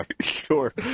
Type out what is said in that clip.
Sure